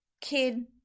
kid